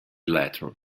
letter